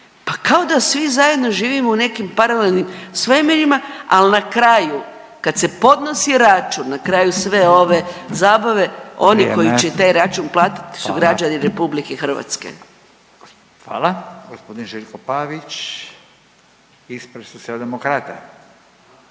Pa kao da svi zajedno živimo u nekim paralelnim svemirima, al na kraju kad se podnosi račun na kraju sve ove zabave oni koji će taj račun platit su građani RH. **Radin, Furio (Nezavisni)** Hvala. Gospodin Željko Pavić ispred Socijaldemokrata,